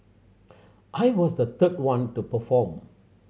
I was the third one to perform